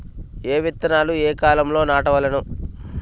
ఏ విత్తనాలు ఏ కాలాలలో నాటవలెను?